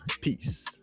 Peace